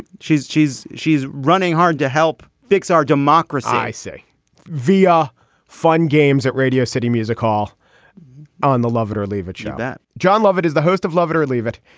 she's she's she's running hard to help fix our democracy i say vr ah fun games at radio city music hall on the love it or leave it show that john lovett is the host of love it or leave it.